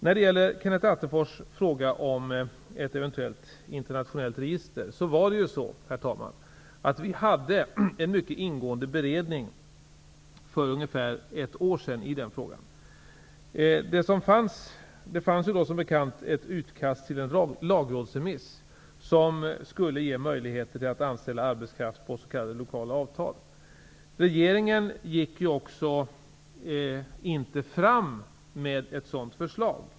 När det gäller Kenneth Attefors fråga om ett eventuellt internationellt register, hade vi, herr talman, en mycket ingående beredning för ungefär ett år sedan i denna fråga. Det fanns då som bekant ett utkast till en lagrådsremiss som skulle ge möjligheter till att anställa arbetskraft på s.k. lokala avtal. Regeringen gick inte fram med ett sådant förslag.